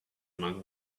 among